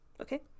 okay